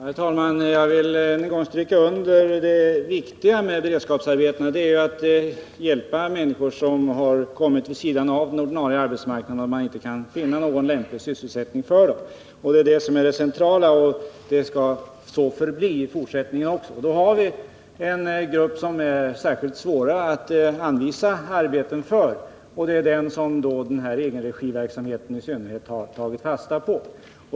Herr talman! Jag vill än en gång understryka att det viktiga med beredskapsarbetena är att hjälpa människor som har kommit vid sidan av den ordinarie arbetsmarknaden och som man inte kan finna någon lämplig sysselsättning för. Det är det centrala, och det skall så förbli även i fortsättningen. Vi har en grupp som är särskilt svår att anvisa arbeten för, nämligen den som egenregiverksamheten i synnerhet har tagit fasta på.